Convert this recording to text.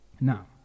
now